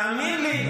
תאמין לי,